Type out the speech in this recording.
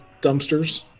dumpsters